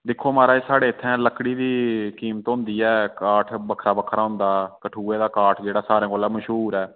दिक्खो महाराज साढ़े इत्थें लक्कड़ी दी कीमत होंदी ऐ काठ बक्खरा बक्खरा होंदा कठुए दा काठ जेह्ड़ा सारें कोला मश्हूर ऐ